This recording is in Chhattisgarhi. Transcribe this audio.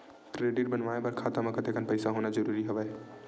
क्रेडिट बनवाय बर खाता म कतेकन पईसा होना जरूरी हवय?